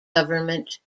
government